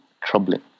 troubling